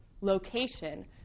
location